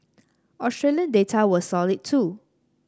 Australian data was solid too